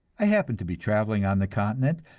i happened to be traveling on the continent,